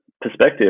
perspective